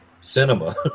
cinema